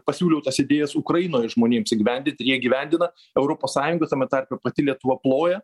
pasiūliau tas idėjas ukrainoj žmonėms įgyvendint jie įgyvendina europos sąjunga tame tarpe pati lietuva ploja